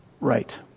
right